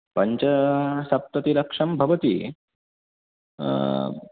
पञ्चासप्ततिलक्षं भवति